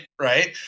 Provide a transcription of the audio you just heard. right